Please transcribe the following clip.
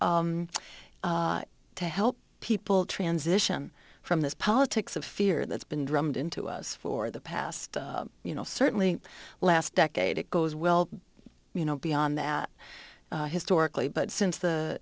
to to help people transition from this politics of fear that's been drummed into us for the past you know certainly last decade it goes well you know beyond that historically but since the